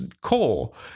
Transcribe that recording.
coal